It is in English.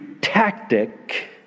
tactic